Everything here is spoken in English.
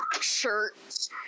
shirt